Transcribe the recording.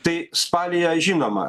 tai spalyje žinoma